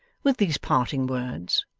with these parting words,